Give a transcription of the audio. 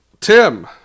Tim